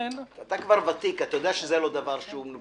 אתה כבר ותיק ויודע שזה לא דבר שאי